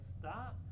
stop